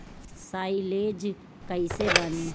Silage कईसे बनी?